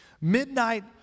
midnight